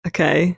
Okay